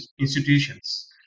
institutions